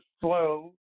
slow